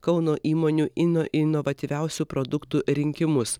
kauno įmonių ino inovatyviausių produktų rinkimus